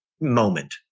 moment